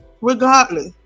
Regardless